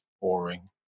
boring